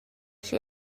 sche